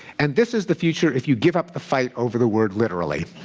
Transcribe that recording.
and this is the future if you give up the fight over the word literally.